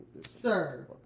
Sir